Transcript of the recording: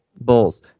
bulls